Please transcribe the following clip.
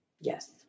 Yes